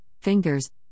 fingers